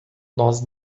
nós